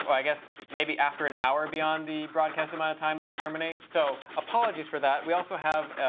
i guess maybe after an hour beyond the broadcast amount of time it'll terminate. so, apologies for that. we also have